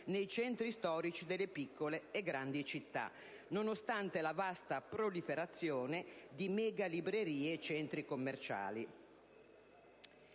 nei centri storici delle piccole e grandi città nonostante la vasta proliferazione di megalibrerie e centri commerciali.